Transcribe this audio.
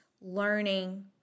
learning